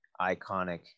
iconic